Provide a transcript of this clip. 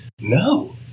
No